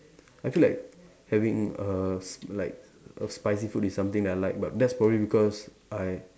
I feel like having a s like a spicy food is something that I like but that's probably because I